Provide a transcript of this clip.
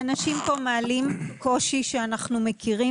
האנשים כאן מעלים קושי שאנחנו מכירים